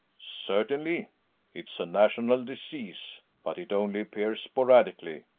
certainly it's a national disease but it only appears sporadically.